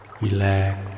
Relax